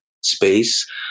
space